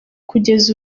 kugeza